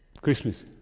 Christmas